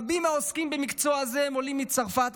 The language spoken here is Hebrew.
רבים מהעוסקים במקצוע זה הם עולים מצרפת,